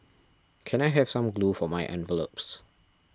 can I have some glue for my envelopes